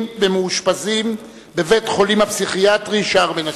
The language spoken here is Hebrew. במאושפזים בבית-החולים הפסיכיאטרי "שער מנשה".